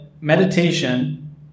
meditation